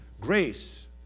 Grace